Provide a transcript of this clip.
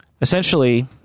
essentially